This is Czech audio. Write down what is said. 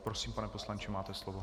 Prosím, pane poslanče, máte slovo.